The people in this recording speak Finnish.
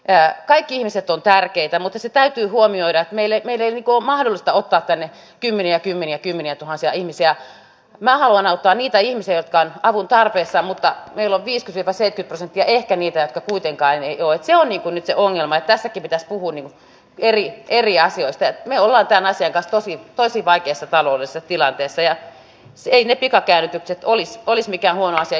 enää kaikki ihmiset on tärkeitä mutta se täytyy huomioida meille meidän on mahdollista ottaa tänne kymmeniä kymmeniä kymmeniätuhansia ihmisiä ja mä haluan auttaa niitä ihmisiä tai avun tarpeessa mutta elvis ja kasetit ja ehkä niitä kuten kai ne toisiaan miten ongelma tässä kivi taskuun eli eri asioista ja me olla tämmösen vastasi varsin vaikeissa taloudessa tilanteessa ja sinne pikakäännytykset olisi pois mikä on ase